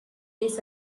days